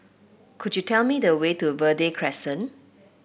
could you tell me the way to Verde Crescent